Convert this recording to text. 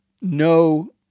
no